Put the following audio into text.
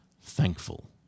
thankful